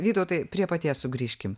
vytautai prie paties sugrįžkim